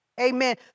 Amen